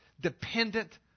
dependent